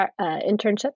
internship